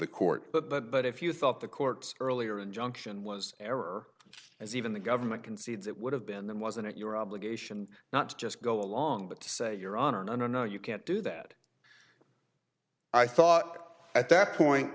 the court but but but if you thought the court's earlier injunction was ever as even the government concedes it would have been that wasn't your obligation not to just go along but say your honor no no no you can't do that i thought at that point